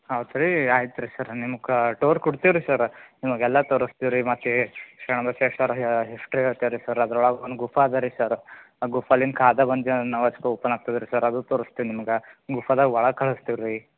ಹೌದು ರೀ ಆಯ್ತು ರೀ ಸರ್ ನಿಮ್ಗ ಟೂರ್ ಕೊಡ್ತೀವ್ರಿ ಸರ್ರ ನಿಮ್ಗೆ ಎಲ್ಲ ತೋರಿಸ್ತೀವ್ ರೀ ಮತ್ತು ಶರಣ ಬಸವೇಶ್ವರಯ್ಯ ಹಿಸ್ಟ್ರಿ ಹೇಳ್ತೀರಿ ರೀ ಸರ್ ಅದ್ರೊಳಗೆ ಒಂದು ಗುಫಾ ಇದೇರಿ ಸರ್ ಆ ಗುಫಾಲಿಂದ ಕಾಜಾ ಬಂದನವಾಜ್ಗೆ ಓಪನಾಗ್ತದೆ ರೀ ಸರ್ ಅದೂ ತೋರಿಸ್ತೀವ್ ನಿಮ್ಗೆ ಗುಫದಾಗೆ ಒಳಗೆ ಕಳಿಸ್ತೀವ್ ರೀ